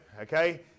okay